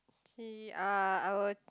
actually uh I would